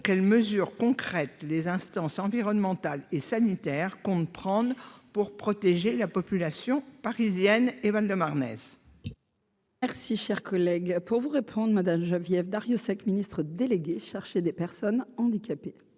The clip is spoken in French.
quelles mesures concrètes, les instances environnementales et sanitaires compte prendre pour protéger la population parisienne et 22 marnaise. Merci, cher collègue pour vous reprendre Madame Geneviève Darrieussecq, ministre déléguée chargée des Personnes handicapées.